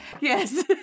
Yes